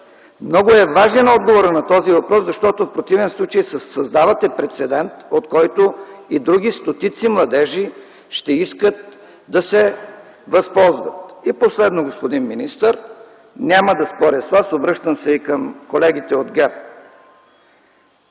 Много е важен отговорът на този въпрос, защото в противен случай създавате прецедент, от който и други стотици младежи ще искат да се възползват. И последно, господин министър, няма да споря с Вас, обръщам се и към колегите от ГЕРБ!